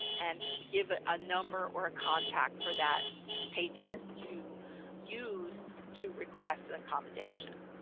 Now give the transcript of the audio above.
and give it a number or a contact for that patron to use to request an accommodation.